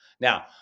Now